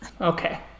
Okay